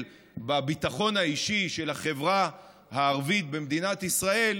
בביטחון האישי של החברה הערבית במדינת ישראל,